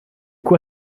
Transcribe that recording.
quoi